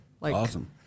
Awesome